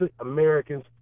Americans